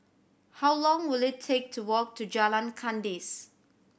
how long will it take to walk to Jalan Kandis